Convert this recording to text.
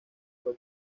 fue